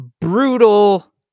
brutal